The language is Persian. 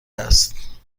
است